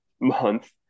month